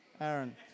Aaron